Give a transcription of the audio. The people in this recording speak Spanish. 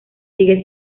sigue